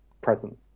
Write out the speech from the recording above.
present